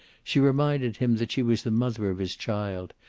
she reminded him that she was the mother of his child,